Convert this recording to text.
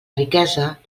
riquesa